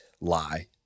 lie